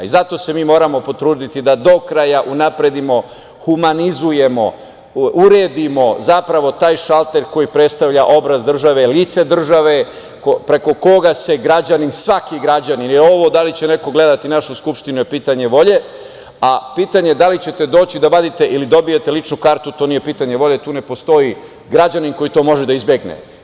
Zato se mi moramo potruditi da do kraja unapredimo, humanizujemo, uredimo, zapravo, taj šalter koji predstavlja obraz države, lice države preko koga se građanin, svaki građanin, jer i ovo da li će neko gledati našu Skupštinu je pitanje volje, a pitanje da li ćete doći da vadite ili dobijete ličnu kartu, to nije pitanje volje, tu ne postoji građanin koji to može da izbegne.